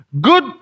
Good